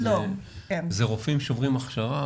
זה רופאים שעוברים הכשרה,